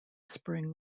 spring